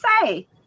say